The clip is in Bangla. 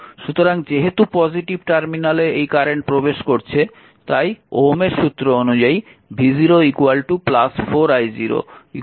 সুতরাং যেহেতু পজিটিভ টার্মিনালে এই কারেন্ট প্রবেশ করছে সুতরাং ওহমের সূত্র অনুযায়ী v0 4 i0 4 6 24 ভোল্ট